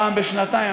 פעם בשנתיים,